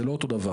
זה לא אותו דבר.